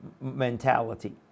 mentality